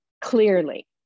clearly